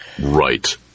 Right